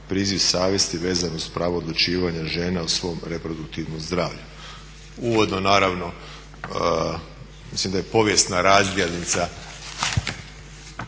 priziv savjesti vezano uz pravo odlučivanja žena o svom reproduktivnom zdravlju. Uvodno naravno mislim da je povijesna razdjelnica